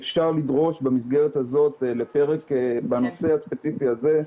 אפשר לדרוש במסגרת הזאת לפרק בנושא הספציפי הזה.